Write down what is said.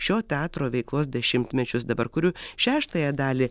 šio teatro veiklos dešimtmečius dabar kuriu šeštąją dalį